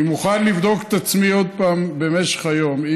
אני מוכן לבדוק את עצמי עוד פעם במשך היום.